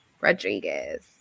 Rodriguez